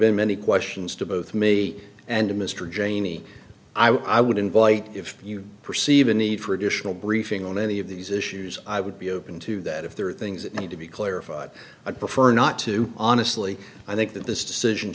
been many questions to both me and mr janey i would invite if you perceive a need for additional briefing on any of these issues i would be open to that if there are things that need to be clarified i prefer not to honestly i think that this decision